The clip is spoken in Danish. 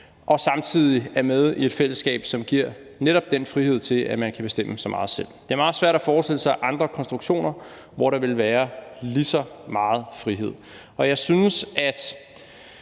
og samtidig er med i et fællesskab, som netop giver den frihed til, at man kan bestemme så meget selv. Det er meget svært at forestille sig andre konstruktioner, hvor der vil være lige så meget frihed. Og jeg synes, at